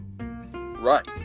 right